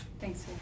Thanks